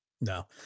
No